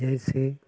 जैसे